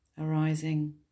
arising